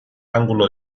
ángulo